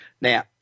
Now